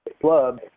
Club